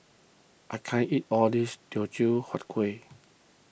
I can't eat all of this Teochew Huat Kueh